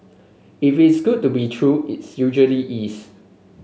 if it's good to be true its usually is